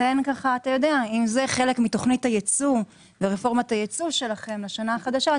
אם זה חלק מתוכנית הייצוא ורפורמת הייצוא שלכם לשנה החדשה,